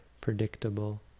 predictable